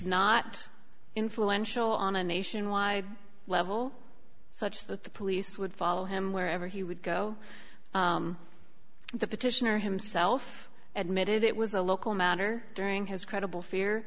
not influential on a nationwide level such that the police would follow him wherever he would go the petitioner himself admitted it was a local matter during his credible fear